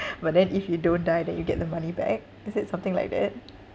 but then if you don't die then you get the money back is it something like that